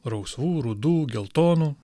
rausvų rudų geltonų